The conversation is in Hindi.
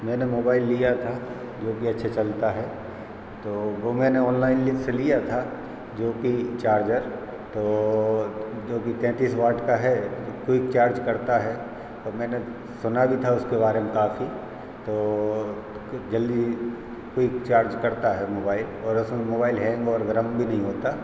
मैंने मोबाइल लिया था जोकि अच्छा चलता है तो वह मैंने ऑनलाइन लिंक से लिया था जोकि चार्जर तो जोकि तैंतीस वाट का है जो क्विक चार्ज करता है और मैंने सुना भी था उसके बारे में काफ़ी तो कि जल्दी क्विक चार्ज करता है मोबाइल और उसमें मोबाइल हैंग और गर्म भी नहीं होता